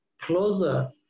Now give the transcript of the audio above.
closer